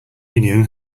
union